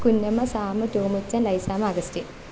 Kunjamma Sam Tomichan Laisamma Augustine